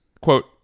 quote